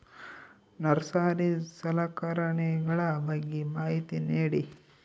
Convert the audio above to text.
Nursery ಸಲಕರಣೆಗಳ ಬಗ್ಗೆ ಮಾಹಿತಿ ನೇಡಿ?